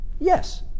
yes